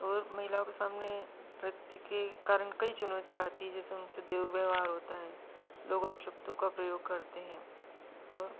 और महिलाओं के सामने नृत्य के कारण कई चुनौतियाँ आती हैं जैसे उनसे दुर्व्यवहार होता है लोग अपशब्दों का प्रयोग करते हैं और